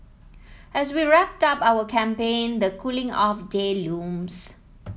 as we wrap up our campaign the cooling off day looms